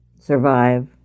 survive